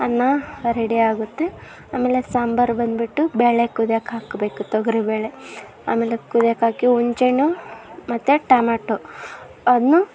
ಅನ್ನ ರೆಡಿಯಾಗುತ್ತೆ ಆಮೇಲೆ ಸಾಂಬಾರು ಬಂದುಬಿಟ್ಟು ಬೇಳೆ ಕುದಿಯಕ್ಕೆ ಹಾಕಬೇಕು ತೊಗರಿಬೇಳೆ ಆಮೇಲೆ ಕುದಿಯೋಕ್ಕಾಕಿ ಹುನ್ಚೆಣ್ಣು ಮತ್ತು ಟಮ್ಯಾಟೊ ಅದನ್ನು